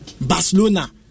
Barcelona